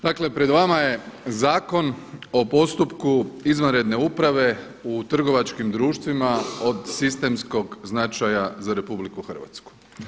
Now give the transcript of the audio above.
Dakle pred vama je Zakon o postupku izvanredne uprave u trgovačkim društvima od sistemskog značaja za RH.